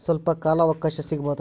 ಸ್ವಲ್ಪ ಕಾಲ ಅವಕಾಶ ಸಿಗಬಹುದಾ?